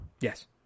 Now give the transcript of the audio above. Yes